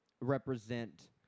represent